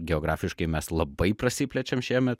geografiškai mes labai prasiplečiam šiemet